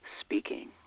speaking